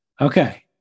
okay